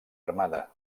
armada